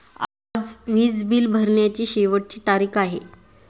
आज वीज बिल भरण्याची शेवटची तारीख होती